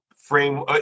frame